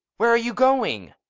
where are you going?